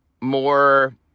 more